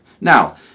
Now